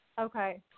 okay